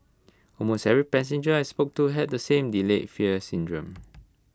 almost every passenger I spoke to had the same delayed fear syndrome